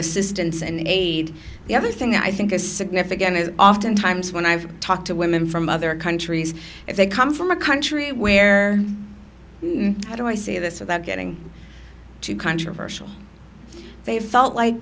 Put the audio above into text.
assistance and aid the other thing i think is significant is oftentimes when i've talked to women from other countries if they come from a country where i do i say this without getting too controversial they felt like